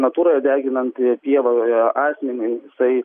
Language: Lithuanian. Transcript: natūroje deginant pievoje asmenį jisai